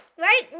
Right